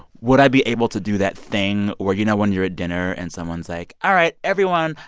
would i be able to do that thing where, you know when you're at dinner and someone's like, all right, everyone,